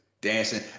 Dancing